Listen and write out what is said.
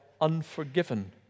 unforgiven